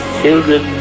children